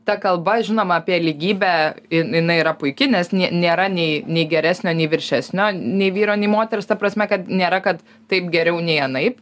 ta kalba žinoma apie lygybę jin jinai yra puiki nes nė nėra nei nei geresnio nei viršesnio nei vyro nei moters ta prasme kad nėra kad taip geriau nei anaip